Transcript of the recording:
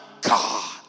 God